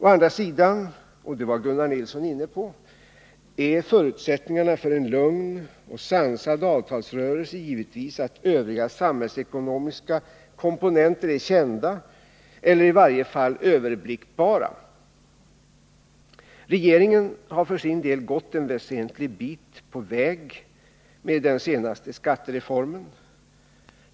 Å andra sidan — och det var Gunnar Nilsson inne på — är förutsättningarna för en lugn och sansad avtalsrörelse givetvis att övriga samhällsekonomiska komponenter är kända eller i varje fall överblickbara. Regeringen har för sin del gått en väsentlig bit på väg med den senaste skattereformen.